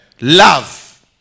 Love